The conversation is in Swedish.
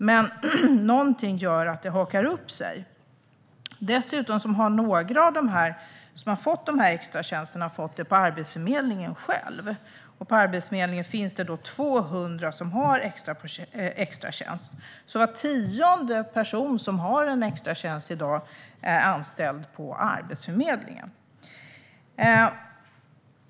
Men någonting gör att det hakar upp sig. Dessutom har några av dem som har fått extratjänsterna fått dem hos Arbetsförmedlingen själv. På Arbetsförmedlingen finns det 200 som har extratjänst. Var tionde som i dag har en extratjänst är anställd på Arbetsförmedlingen.